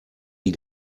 die